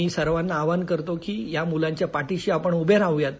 मी सर्वांना आवाहन करतो की मुलांच्या पाठिशी आपण उभे राहूयात